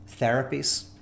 therapies